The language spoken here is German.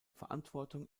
verantwortung